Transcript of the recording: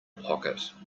pocket